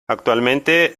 actualmente